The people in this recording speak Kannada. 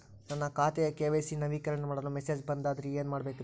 ನನ್ನ ಖಾತೆಯ ಕೆ.ವೈ.ಸಿ ನವೇಕರಣ ಮಾಡಲು ಮೆಸೇಜ್ ಬಂದದ್ರಿ ಏನ್ ಮಾಡ್ಬೇಕ್ರಿ?